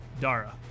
Dara